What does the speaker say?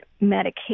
medication